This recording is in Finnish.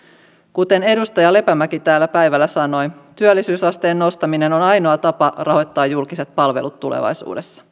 kuten edustaja lepomäki täällä päivällä sanoi työllisyysasteen nostaminen on ainoa tapa rahoittaa julkiset palvelut tulevaisuudessa